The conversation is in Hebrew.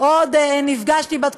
עוד לא